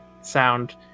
sound